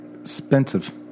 expensive